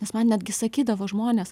nes man netgi sakydavo žmonės